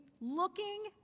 looking